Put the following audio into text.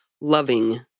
loving